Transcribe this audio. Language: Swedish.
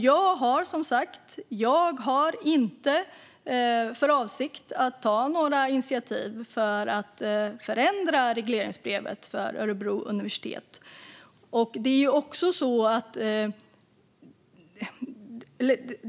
Jag har, som sagt, inte för avsikt att ta några initiativ för att förändra regleringsbrevet för Örebro universitet.